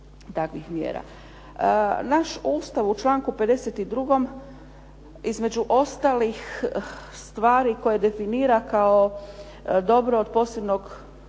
takvih mjera. Naš Ustav u članku 52. između ostalih stvari koje definira kao dobro od posebnog